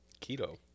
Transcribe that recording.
Keto